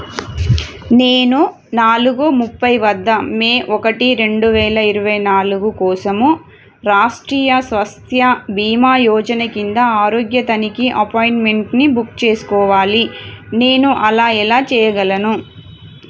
నేను నాలుగు ముప్పై వద్ద మే ఒకటి రెండు వేల ఇరవై నాలుగు కోసము రాష్ట్రీయ స్వాస్థ్య బీమా యోజన కింద ఆరోగ్య తనిఖీ అపాయింట్మెంట్ని బుక్ చేసుకోవాలి నేను అలా ఎలా చేయగలను